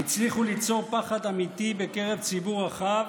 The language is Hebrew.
הצליחו ליצור פחד אמיתי בקרב ציבור רחב,